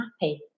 happy